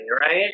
right